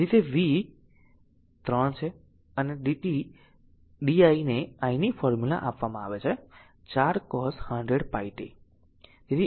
તેથી તે 3 છે અને dt di ને i ની ફોર્મુલા આપવામાં આવી છે 4 cos 100πt